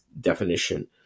definition